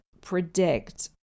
predict